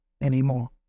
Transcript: anymore